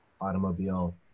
automobile